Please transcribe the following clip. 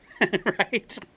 right